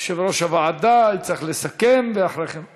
יושב-ראש הוועדה צריך לסכם, ואחרי כן.